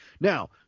now